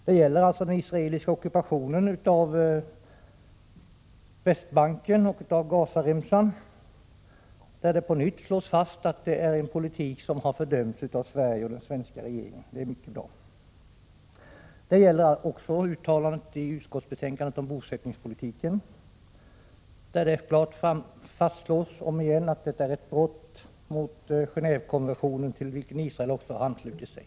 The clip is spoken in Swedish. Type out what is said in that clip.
Det gäller alltså den israeliska ockupationen av Västbanken och Gazaremsan, och det slås på nytt fast att detta är en politik som har fördömts av Sverige och den svenska regeringen. Det här är som sagt bra. Detsamma gäller utrikesutskottets uttalande om bosättningspolitiken. Det fastslås omigen att det här rör sig om ett brott mot Gen&vekonventionen, till vilken också Israel har anslutit sig.